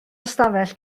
ystafell